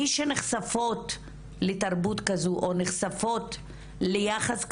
מי שנחשפות לתרבות כזו, או נחשפות ליחס כזה,